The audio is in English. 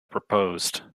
proposed